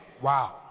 Wow